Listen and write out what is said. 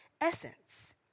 essence